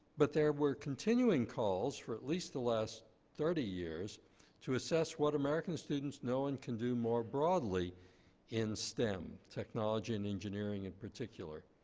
but there were continuing calls for at least the last thirty years to assess what american students know and can do more broadly in stem, technology and engineering in particular.